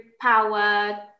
power